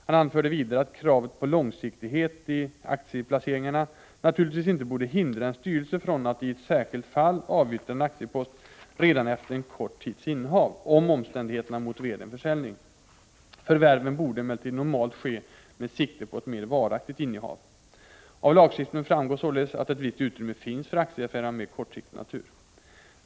Han anförde vidare att kravet på långsiktighet i aktieplaceringarna naturligtvis inte borde hindra en styrelse från att i ett särskilt fall avyttra en aktiepost redan efter en kort tids innehav, om omständigheterna motiverade Prot. 1985/86:78 en försäljning. Förvärven borde emellertid normalt ske med sikte på ett mer 13 februari 1986 varaktigt innehav. Av lagstiftningen framgår således att ett visst utrymme finns för aktieaffärer av mer kortsiktig natur.